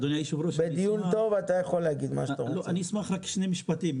אדוני היושב-ראש, אני אשמח לשני משפטים,